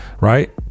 right